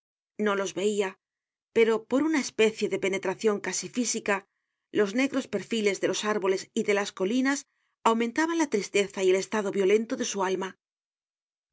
no los veia pero por una especie de penetracion casi física los negros perfiles de los árboles y de las colinas aumentaban la tristeza y el estado violento de su alma